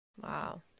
Wow